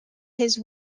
his